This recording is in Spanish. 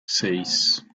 seis